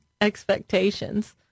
expectations